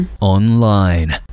online